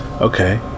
Okay